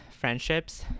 friendships